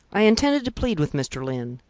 i intended to plead with mr. lyne.